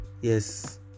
yes